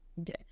Okay